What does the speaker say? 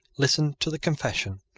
listened to the confession,